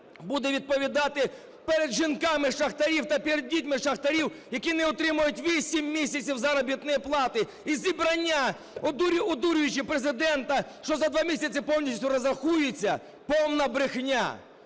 буде відповідати перед жінками шахтарів та перед дітьми шахтарів, які не отримують 8 місяців заробітної плати? І зібрання, одурюючи Президента, що за два місяці повністю розрахуються, повна брехня.